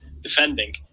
defending